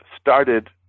started